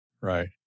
Right